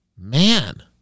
man